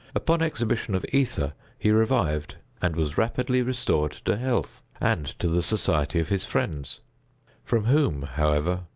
upon exhibition of ether he revived and was rapidly restored to health, and to the society of his friends from whom, however,